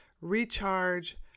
recharge